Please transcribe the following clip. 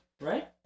Right